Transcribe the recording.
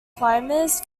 climbers